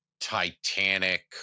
Titanic